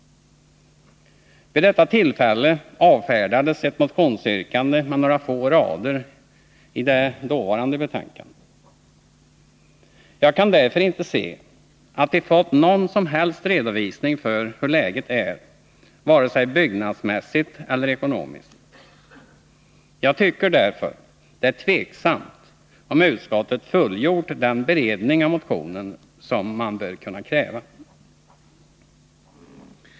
Vid detta tillfälle avfärdades ett motionsyrkande med några få rader i det dåvarande betänkandet. Jag kan därför inte se att vi fått någon som helst redovisning av hur läget är, vare sig byggnadsmässigt eller ekonomiskt. Jag tycker därför att det är tveksamt om utskottet har fullgjort den beredning av motionen som man bör kunna kräva.